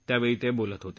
त्यावेळी ते बोलत होते